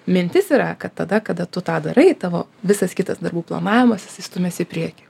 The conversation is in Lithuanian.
mintis yra kad tada kada tu tą darai tavo visas kitas darbų planavimas jisai stumiasi į priekį